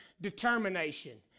determination